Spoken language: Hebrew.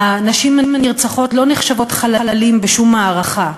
הנשים הנרצחות לא נחשבות חללים בשום מערכה,